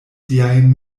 siajn